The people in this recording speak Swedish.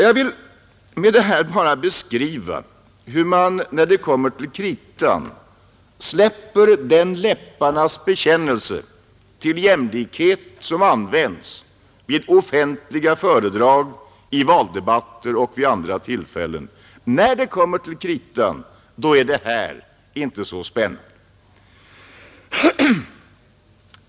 Jag vill med det här bara beskriva hur man när det kommer till kritan frångår den läpparnas bekännelse till jämlikhet som användes vid offentliga föredrag, i valdebatter och vid andra tillfällen. När det kommer till kritan är det inte så spännande.